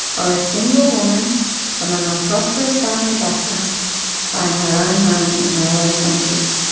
or a single woman from an unprosperous family background buying her own home in her early twenties.